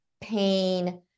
pain